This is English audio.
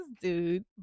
dude